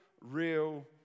real